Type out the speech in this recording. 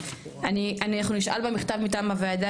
אנחנו נשאל במכתב מטעם הוועדה,